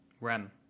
Rem